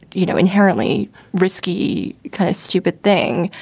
you know, inherently risky, kind of stupid thing.